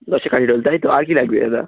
দশটা কাঠি রোল তাই তো আর কী লাগবে দাদা